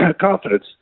confidence